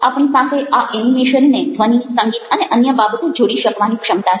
આપણી પાસે આ એનિમેશન ને ધ્વનિ સંગીત અને અન્ય બાબતો જોડી શકવાની ક્ષમતા છે